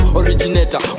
originator